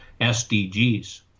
SDGs